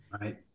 Right